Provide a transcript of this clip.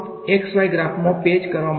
તેથી આ મારો x y છે આ મારો પેચ છે